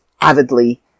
avidly